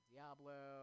Diablo